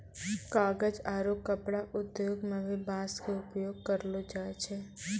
कागज आरो कपड़ा उद्योग मं भी बांस के उपयोग करलो जाय छै